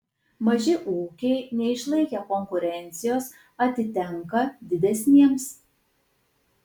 maži ūkiai neišlaikę konkurencijos atitenka didesniems